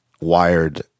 wired